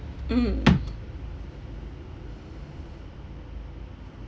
mm